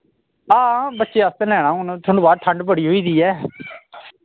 हां बच्चें आस्तै लैना हून थोआनू पता ठंड बड़ी होई दी ऐ